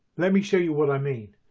let me show you what i mean.